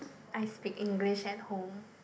I speak English at home